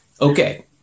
Okay